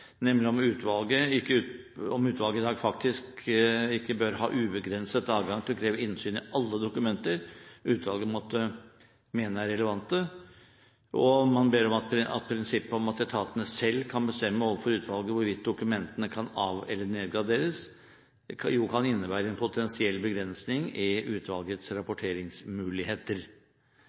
nemlig om ikke utvalget i dag faktisk «bør ha ubegrenset adgang til å kreve innsyn i alle dokumenter utvalget måtte mene er relevante». Man vil be om at «prinsippet om at etatene selv kan bestemme overfor utvalget hvorvidt dokumenter kan av- eller nedgraderes, kan innebære en potensiell begrensning i EOS-utvalgets rapporteringsmuligheter».